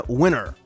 winner